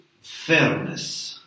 fairness